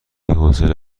حوصله